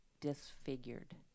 disfigured